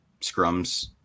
scrums